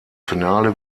finale